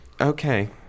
okay